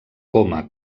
coma